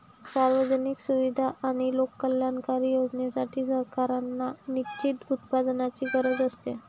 सार्वजनिक सुविधा आणि लोककल्याणकारी योजनांसाठी, सरकारांना निश्चित उत्पन्नाची गरज असते